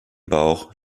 bauch